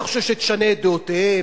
אתה חושב שתשנה את דעותיהם?